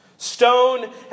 Stone